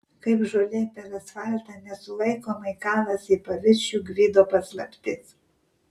kaip žolė per asfaltą nesulaikomai kalasi į paviršių gvido paslaptis